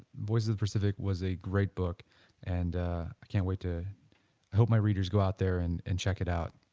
voice of the pacific was a great book and i can't wait to hope my readers go out there and and check it out